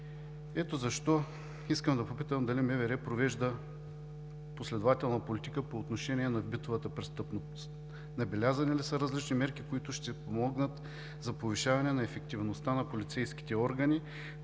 Ето затова искам да попитам дали МВР провежда последователна политика по отношение на битовата престъпност? Набелязани ли са различни мерки, които ще помогнат за повишаване на ефективността на полицейските органи